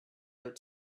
out